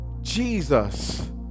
Jesus